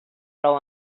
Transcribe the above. plou